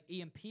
EMP